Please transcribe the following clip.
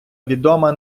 відома